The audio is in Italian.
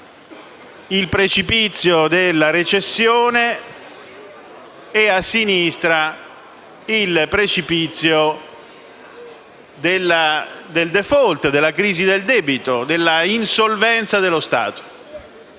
il precipizio della recessione e a sinistra quello del *default*, della crisi del debito, dell'insolvenza dello Stato.